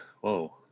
Whoa